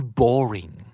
boring